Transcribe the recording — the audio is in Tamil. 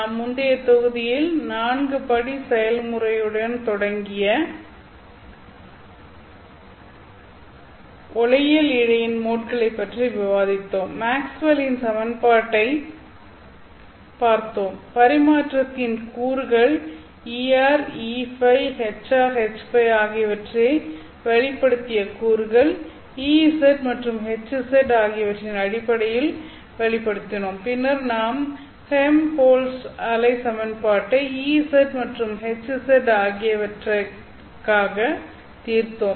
நாம் முந்தைய தொகுதியில் 4 படி செயல்முறையுடன் தொடங்கி ஒளியியல் இழையின் மோட்களைப் பற்றி விவாதித்தோம் மேக்ஸ்வெல்லின் Maxwell's சமன்பாட்டைப் பார்த்தோம் பரிமாற்றத்தின் கூறுகள் Er EØ Hr HØ ஆகியவற்றை வெளிப்படுத்திய கூறுகள் Ez மற்றும் Hz ஆகியவற்றின் அடிப்படையில் வெளிப்படுத்தினோம் பின்னர் நாம் ஹெல்ம்ஹோல்ட்ஸ் அலை சமன்பாட்டைத் Ez மற்றும் Hz ஆகியவற்றிற்காக தீர்த்தோம்